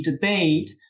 debate